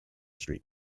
street